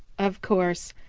of course,